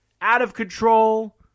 out-of-control